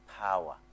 power